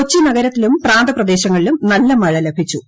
കൊച്ചി നഗരത്തിലും പ്രാന്തപ്രദേശങ്ങളിലും നല്ല മഴ ലഭിച്ചു